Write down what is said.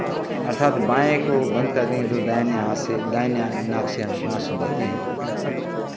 अर्थात बाएँ को बंद कर देंगे तो दाहिने हाथ से दाहिने नाक से हम श्वास लेते हैं